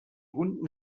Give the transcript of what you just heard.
unten